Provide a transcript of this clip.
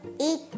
eat